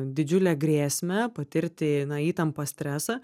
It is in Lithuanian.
didžiulę grėsmę patirti na įtampą stresą